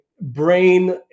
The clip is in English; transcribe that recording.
brain